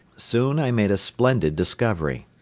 soon i made a splendid discovery.